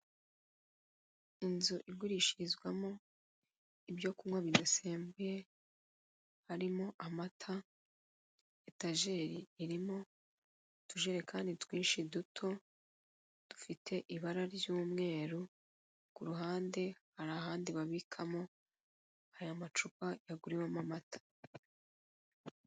Inzu igurishirizwamo ibyo kunya bidasembuye, harimo amata etajeri irimo utujerekani twinshi duto dufite ibara ry'umweru, ku ruhande hari ahandi babikamo ayo macupa yaguriwemo amata.